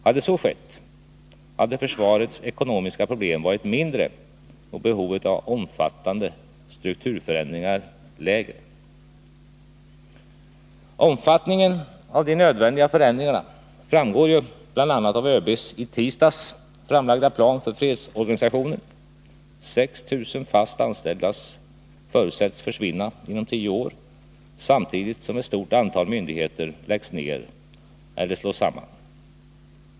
Hade så skett, hade försvarets ekonomiska problem och behovet av omfattande strukturförändringar varit mindre. Omfattningen av de nödvändiga förändringarna framgår bl.a. av ÖB:s i tisdags framlagda plan för fredsorganisationen. 6 000 fast anställda förutsätts försvinna inom 10 år, samtidigt som ett stort antal myndigheter läggs ned eller slås samman.